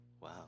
wow